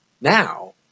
now